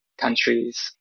countries